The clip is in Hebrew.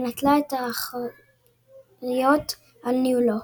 ונטלה את האחריות על ניהולו.